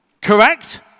correct